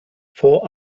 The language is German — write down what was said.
vor